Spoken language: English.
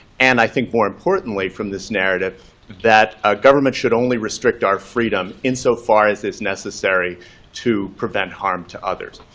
and i think more importantly from this narrative, that government should only restrict our freedom insofar as is necessary to prevent harm to others.